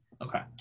Okay